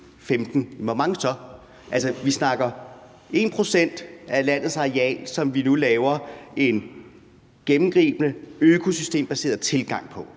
15. Hvor mange så? Altså, vi snakker 1 pct. af landets areal, som vi nu laver en gennemgribende økosystembaseret tilgang på.